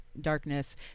darkness